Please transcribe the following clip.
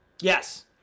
Yes